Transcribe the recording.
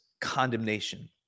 condemnation